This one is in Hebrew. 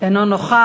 אינו נוכח.